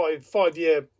five-year